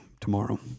tomorrow